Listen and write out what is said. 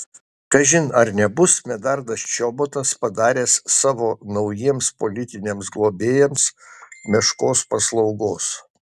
kažin ar nebus medardas čobotas padaręs savo naujiems politiniams globėjams meškos paslaugos